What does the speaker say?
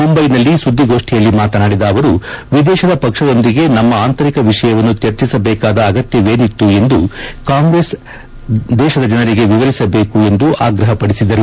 ಮುಂಬೈನಲ್ಲಿ ಸುದ್ದಿಗೋಷ್ಠಿಯಲ್ಲಿ ಮಾತನಾಡಿದ ಅವರು ವಿದೇಶದ ಪಕ್ಷದೊಂದಿಗೆ ನಮ್ಮ ಆಂತರಿಕ ವಿಷಯವನ್ನು ಚರ್ಚಿಸಬೇಕಾದ ಅಗತ್ನವೇನಿತ್ತು ಎಂದು ಕಾಂಗ್ರೆಸ್ ದೇಶದ ಜನರಿಗೆ ವಿವರಿಸಬೇಕು ಎಂದು ಆಗ್ರಹಪಡಿಸಿದರು